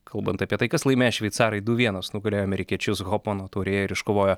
kalbant apie tai kas laimės šveicarai du vienas nugalėjo amerikiečius hopmono turėjo ir iškovojo